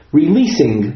releasing